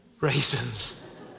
Raisins